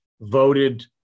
voted